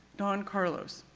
don carlos.